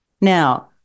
Now